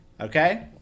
Okay